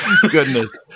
Goodness